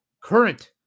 current